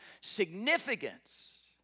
Significance